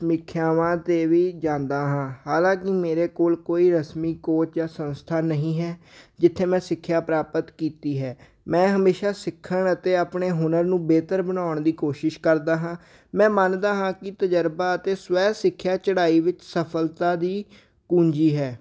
ਸਮੀਖਿਆਵਾਂ 'ਤੇ ਵੀ ਜਾਂਦਾ ਹਾਂ ਹਾਲਾਂਕਿ ਮੇਰੇ ਕੋਲ ਕੋਈ ਰਸਮੀ ਕੋਚ ਜਾਂ ਸੰਸਥਾ ਨਹੀਂ ਹੈ ਜਿੱਥੇ ਮੈਂ ਸਿੱਖਿਆ ਪ੍ਰਾਪਤ ਕੀਤੀ ਹੈ ਮੈਂ ਹਮੇਸ਼ਾ ਸਿੱਖਣ ਅਤੇ ਆਪਣੇ ਹੁਨਰ ਨੂੰ ਬਿਹਤਰ ਬਣਾਉਣ ਦੀ ਕੋਸ਼ਿਸ਼ ਕਰਦਾ ਹਾਂ ਮੈਂ ਮੰਨਦਾ ਹਾਂ ਕਿ ਤਜਰਬਾ ਅਤੇ ਸਵੈ ਸਿੱਖਿਆ ਚੜ੍ਹਾਈ ਵਿੱਚ ਸਫਲਤਾ ਦੀ ਕੁੰਜੀ ਹੈ